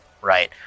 right